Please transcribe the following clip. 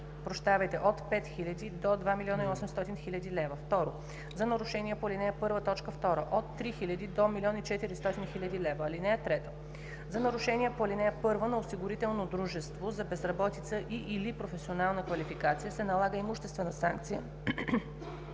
1, т. 1 – от 5000 до 2 800 000 лв.; 2. за нарушения по ал. 1, т. 2 – от 3000 до 1 400 000 лв. (3) За нарушения по ал. 1 – на осигурително дружество за безработица и/или професионална квалификация, се налага имуществена санкция